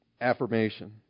affirmation